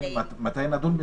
מתי נדון בזה?